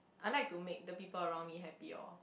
I like to make the people around me happy oh